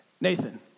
Nathan